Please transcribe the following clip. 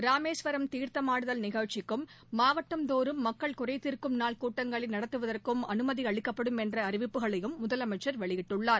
ராமேஸ்வரம் தீர்த்தமாடுதல் நிகழ்ச்சிக்கும் மாவட்டந்தோறும் மக்கள் குறைதீர்க்கும் நாள் கூட்டங்களை நடத்துவதற்கும் அனுமதி அளிக்கப்படும் என்ற அறிவிப்புகளையும் முதலமைச்சர் வெளியிட்டுள்ளார்